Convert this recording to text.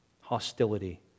hostility